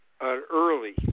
early